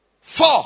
Four